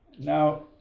Now